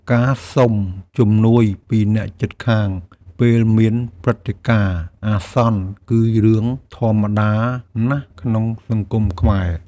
ការសុំជំនួយពីអ្នកជិតខាងពេលមានព្រឹត្តិការណ៍អាសន្នគឺរឿងធម្មតាណាស់ក្នុងសង្គមខ្មែរ។